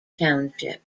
township